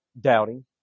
doubting